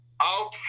Out